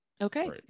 Okay